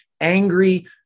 angry